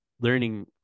learning